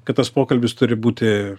kad tas pokalbis turi būti